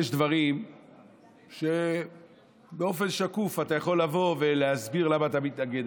יש דברים שבאופן שקוף אתה יכול לבוא ולהסביר למה אתה מתנגד,